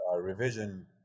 revision